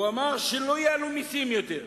הוא אמר שלא יעלו מסים יותר.